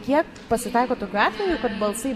kiek pasitaiko tokių atvejų kad balsai